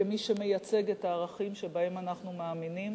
כמי שמייצג את הערכים שבהם אנחנו מאמינים,